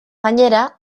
gainera